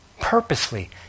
purposely